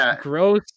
gross